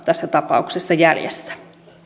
tässä tapauksessa aikaansa jäljessä